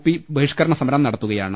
P ബഹിഷ്ക രണ സമരം നടത്തുകയാണ്